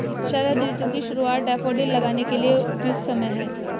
शरद ऋतु की शुरुआत डैफोडिल लगाने के लिए उपयुक्त समय है